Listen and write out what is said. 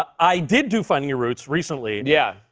i did do finding your roots recently. yeah.